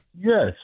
Yes